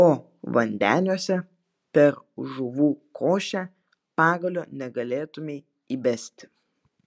o vandeniuose per žuvų košę pagalio negalėtumei įbesti